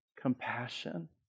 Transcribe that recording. compassion